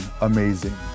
amazing